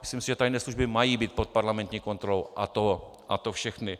Myslím si, že tajné služby mají být pod parlamentní kontrolou, a to všechny.